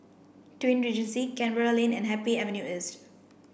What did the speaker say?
Twin Regency Canberra Lane and Happy Avenue East